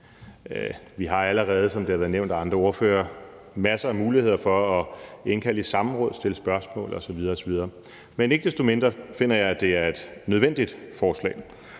Vi har allerede, som det har været nævnt af andre ordførere, masser af muligheder for at indkalde i samråd, stille spørgsmål osv. osv. – men ikke desto mindre finder jeg, at det er et nødvendigt forslag.